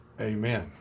Amen